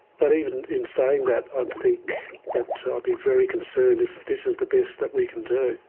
but even in saying that, i'd think that i'd be very concerned if this is the best that we can do.